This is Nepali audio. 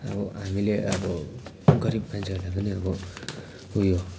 अब हामीले अब गरिब मान्छेहरूलाई पनि अब उयो